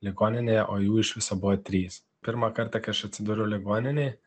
ligoninėje o jų iš viso buvo trys pirmą kartą kai aš atsidūriau ligoninėj